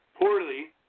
poorly